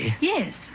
Yes